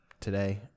today